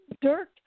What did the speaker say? Dirk